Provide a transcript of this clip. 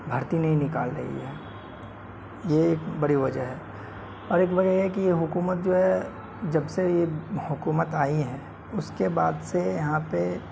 بھرتی نہیں نکال رہی ہے یہ ایک بڑی وجہ ہے اور ایک وجہ یہ ہے کہ یہ حکومت جو ہے جب سے یہ حکومت آئی ہے اس کے بعد سے یہاں پہ